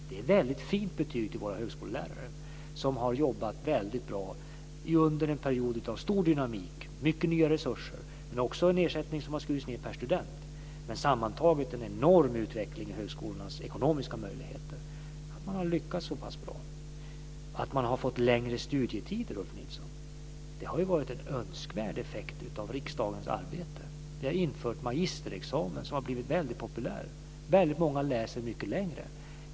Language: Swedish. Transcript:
Det är ett väldigt fint betyg till våra högskolelärare som har jobbat mycket bra i perioder med stor dynamik med mycket mer resurser, men också med en ersättning som har skurits ned per student. Sammantaget har det skett en enorm utveckling av högskolornas ekonomiska möjligheter. Man har lyckats bra. Att man har fått längre studietider, Ulf Nilsson, har varit en önskvärd effekt av riksdagens arbete. Vi har infört magisterexamen, och den har blivit väldigt populär. Många läser mycket längre.